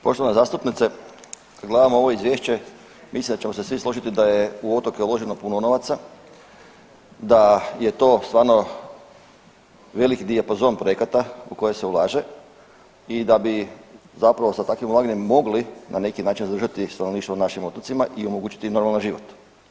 Poštovana zastupnice kad gledamo ovo izvješće mislim da ćemo se svi složiti da je u otoke uloženo puno novaca, da je to stvarno veliki dijapazon projekata u koje se ulaže i da bi zapravo sa takvim ulaganjem mogli na neki način zadržati stanovništvo na našim otocima i omogućiti normalan život.